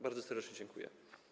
Bardzo serdecznie dziękuję.